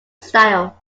style